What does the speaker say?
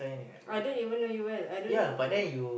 I don't even know you well I don't know